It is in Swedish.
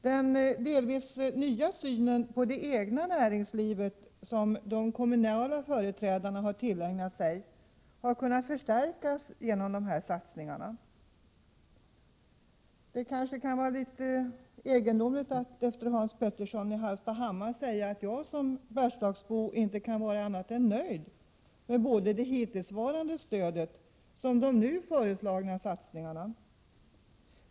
Den delvis nya syn på det egna näringslivet som de kommunala företrädarna har tillägnat sig har kunnat förstärkas genom de här satsningarna. Det kan kanske verka litet egendomligt efter det anförande som hållits av Hans Petersson i Hallstahammar att jag som bergslagsbo inte kan vara annat än nöjd med både det hittillsvarande stödet och de nu föreslagna satsningar na.